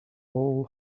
all